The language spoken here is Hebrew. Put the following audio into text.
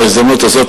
בהזדמנות הזאת,